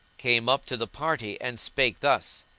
came up to the party and spake thus,